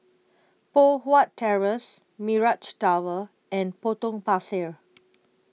Poh Huat Terrace Mirage Tower and Potong Pasir